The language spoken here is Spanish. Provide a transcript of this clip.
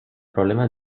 problemas